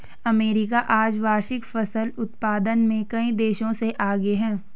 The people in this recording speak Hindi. अमेरिका आज वार्षिक फसल उत्पादन में कई देशों से आगे है